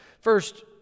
First